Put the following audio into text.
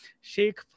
Sheikh